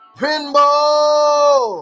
pinball